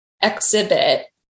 exhibit